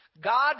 God